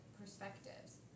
perspectives